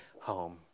home